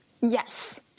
Yes